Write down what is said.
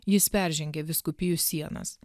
jis peržengė vyskupijų sienas